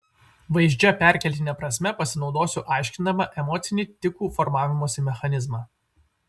vaizdžia perkeltine prasme pasinaudosiu aiškindama emocinį tikų formavimosi mechanizmą